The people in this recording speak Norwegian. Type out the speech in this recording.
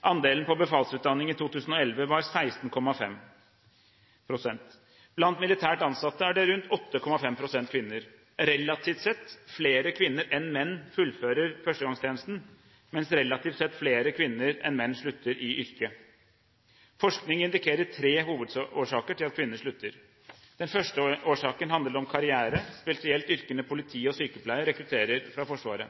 Andelen av befalsutdanningen i 2011 var 16,5 pst. Blant militært ansatte er det rundt 8,5 pst. kvinner. Relativt sett er det flere kvinner enn menn som fullfører førstegangstjenesten, mens det relativt sett er flere kvinner enn menn som slutter i yrket. Forskning indikerer tre hovedårsaker til at kvinner slutter. Den første årsaken handler om karriere, spesielt yrkene politi og sykepleier rekrutterer fra Forsvaret.